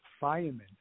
firemen